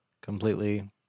completely